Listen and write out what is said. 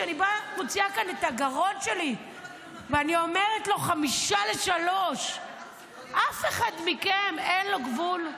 כשאני מוציאה כאן את הגרון שלי ואומרת לו: 14:55. לאף אחד מכם אין גבול?